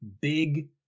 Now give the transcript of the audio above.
big